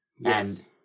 Yes